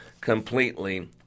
completely